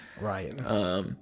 Right